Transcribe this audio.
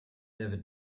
never